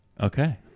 Okay